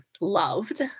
loved